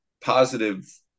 positive